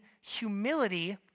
humility